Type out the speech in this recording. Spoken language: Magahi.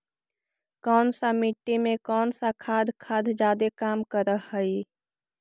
कौन सा मिट्टी मे कौन सा खाद खाद जादे काम कर हाइय?